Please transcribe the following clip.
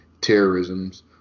terrorism's